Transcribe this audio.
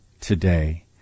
today